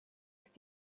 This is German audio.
ist